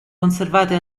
conservate